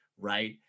right